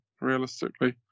realistically